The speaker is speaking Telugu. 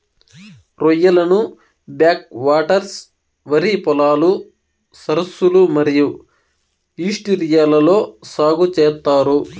రొయ్యలను బ్యాక్ వాటర్స్, వరి పొలాలు, సరస్సులు మరియు ఈస్ట్యూరీలలో సాగు చేత్తారు